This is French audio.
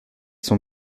sont